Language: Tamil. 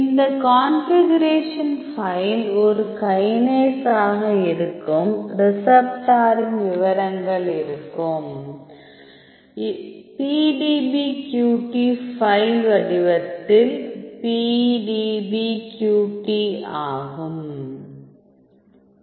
இந்த கான்பிகுரேஷன் ஃபைல் ஒரு கைனேஸாக இருக்கும் ரிசப்ட்டாரின் விவரங்கள் இருக்கும் PDBQT ஃபைல் வடிவத்தில் PDBQT ஆகும்